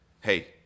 hey